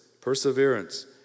Perseverance